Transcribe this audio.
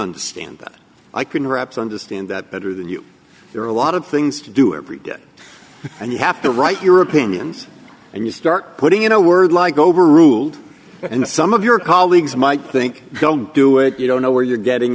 understand that i can wrap understand that better than you there are a lot of things to do every day and you have to write your opinions and you start putting in a word like overruled and some of your colleagues might think don't do it you don't know where you're getting